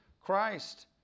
Christ